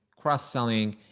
cross selling.